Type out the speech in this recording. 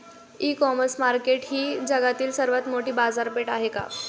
इ commerce market ही जगातील सर्वात मोठी बाजारपेठ आहे का?